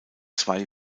zwei